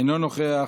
אינו נוכח,